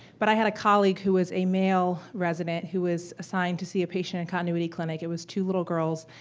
but i had a colleague who was a male resident who was assigned to see a patient in a continuity clinic. it was two little girls.